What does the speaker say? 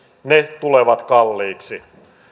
tulevat kalliiksi